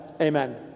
Amen